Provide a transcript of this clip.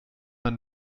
man